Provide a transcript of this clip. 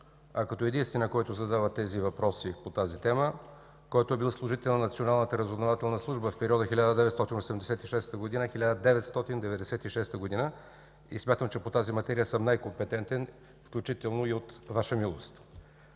а като единствения, който задава тези въпроси по тази тема, който е бил служител на Националната разузнавателна служба в периода 1986 – 1996 г., и смятам, че по тази материя съм най-компетентен, включително и от Ваша милост.